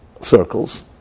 circles